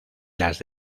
las